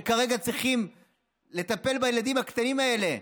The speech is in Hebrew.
שכרגע צריכות לטפל בילדים הקטנים האלה,